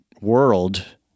world